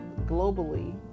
Globally